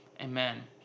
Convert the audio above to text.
Amen